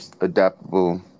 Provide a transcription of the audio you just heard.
adaptable